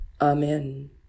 Amen